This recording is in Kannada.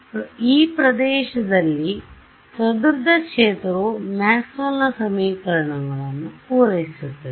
ಆದ್ದರಿಂದ ಪ್ರದೇಶ ಈ ರಲ್ಲಿ ಚದುರಿದ ಕ್ಷೇತ್ರವು ಮ್ಯಾಕ್ಸ್ವೆಲ್ನ ಸಮೀಕರಣಗಳನ್ನು ಪೂರೈಸುತ್ತದೆ